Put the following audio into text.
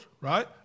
right